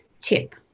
tip